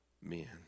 men